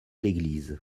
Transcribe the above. l’église